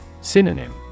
Synonym